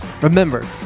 Remember